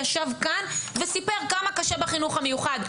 ישב כאן וסיפר כמה קשה בחינוך המיוחד.